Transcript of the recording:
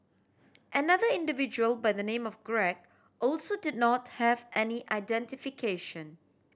another individual by the name of Greg also did not have any identification